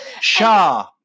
Shah